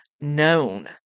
known